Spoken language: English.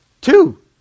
Two